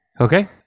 Okay